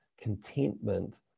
contentment